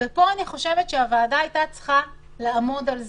אני חושבת שהוועדה הייתה צריכה לעמוד על זה,